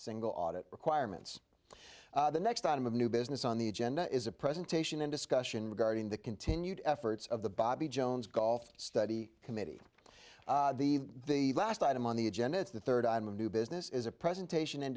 single audit requirements the next item of new business on the agenda is a presentation and discussion regarding the continued efforts of the bobby jones golf study committee the last item on the agenda is the third item of new business is a presentation and